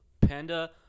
Panda